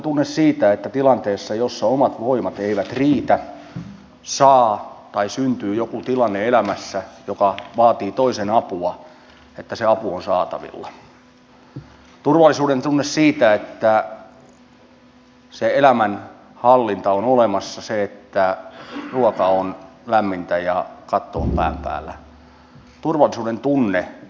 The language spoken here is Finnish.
turvallisuudentunne siitä että tilanteessa jossa omat voimat eivät riitä tai syntyy joku tilanne elämässä joka vaatii toisen apua se apu on saatavilla turvallisuudentunne siitä että se elämänhallinta on olemassa että ruoka on lämmintä ja katto on pään päällä